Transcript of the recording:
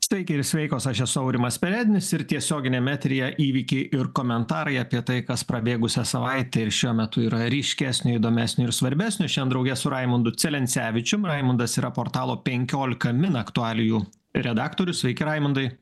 sveiki ir sveikos aš esu aurimas perednis ir tiesioginiame eteryje įvykiai ir komentarai apie tai kas prabėgusią savaitę ir šiuo metu yra ryškesnio įdomesnio ir svarbesnio šiadien drauge su raimundu celencevičium raimundas yra portalo penkiolika min aktualijų redaktorius sveiki raimundai